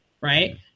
right